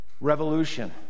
revolution